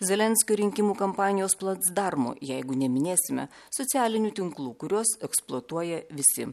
zelenskio rinkimų kampanijos placdarmu jeigu neminėsime socialinių tinklų kuriuos eksploatuoja visi